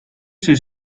sul